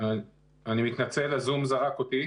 אני מתנצל, הזום זרק אותי.